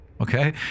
okay